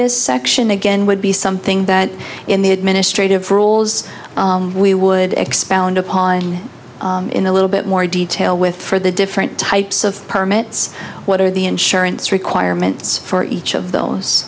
this section again would be something that in the administrative rules we would expand upon in a little bit more detail with for the different types of permits what are the insurance requirements for each of those